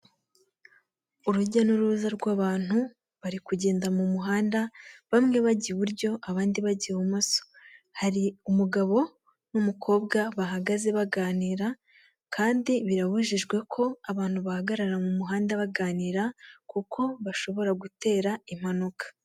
Urujya n'uruza rw'abantu bari kugenda m'umuhanda bamwe bajya iburyo abandi bajya ibumoso, hari umugabo n'umukobwa bahagaze baganira kandi birabujijwe ko abantu bahagarara m'umuhanda baganira kuko bashobora gutera impanuka.